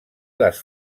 les